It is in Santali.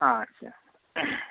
ᱟᱪᱪᱷᱟ